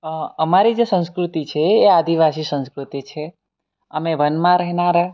અ અમારી જે સંસ્કૃતિ છે એ આદિવાસી સંસ્કૃતિ છે અમે વનમાં રહેનારા